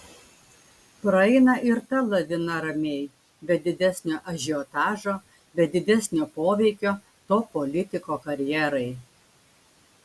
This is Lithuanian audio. praeina ir ta lavina ramiai be didesnio ažiotažo be didesnio poveikio to politiko karjerai